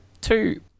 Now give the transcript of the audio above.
two